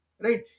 right